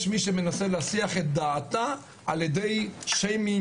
מי שמנסה להסיח את דעתה על ידי שיימינג,